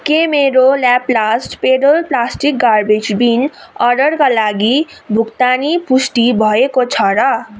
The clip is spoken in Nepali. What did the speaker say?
के मेरो ल्याप्लास्ट पेडल प्लास्टिक गार्बेज बिन अर्डरका लागि भुक्तानी पुष्टि भएको छ र